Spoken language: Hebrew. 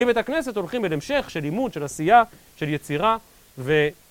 מבית הכנסת הולכים אל המשך של לימוד, של עשייה, של יצירה ו...